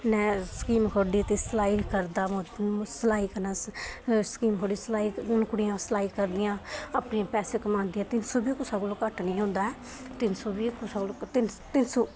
ने स्कीम खोह्ल्ली दी सलाई करदा मोदी सिलाई करना सखांदा सिलाई कुड़ियां सिलाई करदियां अपने पैसे कमांदियां तिन्न सौ बी कुसा कोलां घट्ट निं होंदा ऐ तिन्न सौ बी तीन सौ